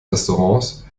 restaurants